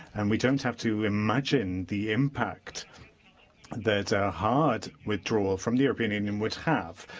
and we don't have to imagine the impact that a hard withdrawal from the european union would have.